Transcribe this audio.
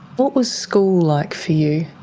what was school like for you?